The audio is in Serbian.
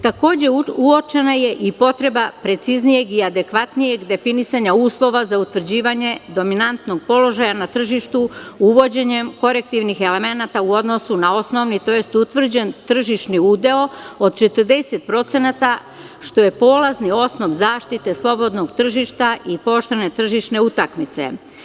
Takođe, uočena je i potreba preciznijeg i adekvatnijeg definisanja uslova za utvrđivanje dominantnog položaja na tržištu uvođenjem korektivnih elemenata u odnosu na osnovni, tj. utvrđen tržišni udeo od 40%, što je polazni osnov zaštite slobodnog tržišta i pooštrene tržišne utakmice.